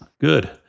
Good